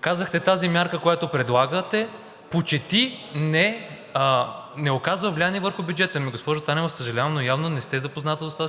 Казахте, че тази мярка, която предлагате, почти не оказва влияние върху бюджета. Госпожо Танева, съжалявам, но явно не сте запозната достатъчно добре.